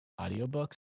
audiobooks